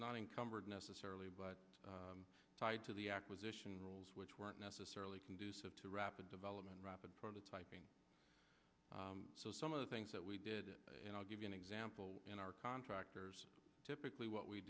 not encumbered necessarily but tied to the acquisition roles which weren't necessarily conducive to rapid development rapid prototyping so some of the things that we did that and i'll give you an example in our contractors typically what we